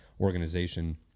organization